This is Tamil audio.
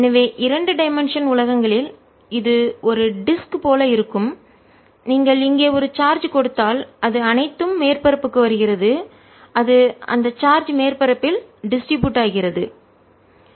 எனவே இரண்டு டைமென்ஷன் இரு பரிமாண உலகங்களில் இது ஒரு டிஸ்க் வட்டு போல இருக்கும் நீங்கள் இங்கே ஒரு சார்ஜ் கொடுத்தால் அது அனைத்தும் மேற்பரப்புக்கு வருகிறது அது அந்த சார்ஜ் மேற்பரப்பில் டிஸ்ட்ரிபியூட் ஆகிறது விநியோகிக்கப்படுகிறது